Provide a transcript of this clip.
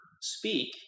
speak